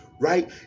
right